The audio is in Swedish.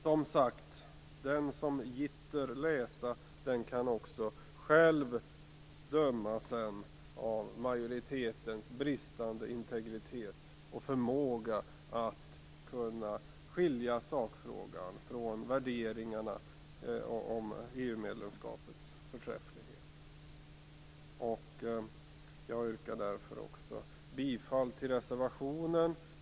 Som sagt, den som gitter läsa kan också själv bedöma majoritetens bristande integritet och förmåga att skilja sakfrågan från värderingarna om EU medlemskapets förträfflighet. Jag yrkar därför också bifall till reservationen.